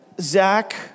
Zach